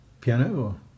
Piano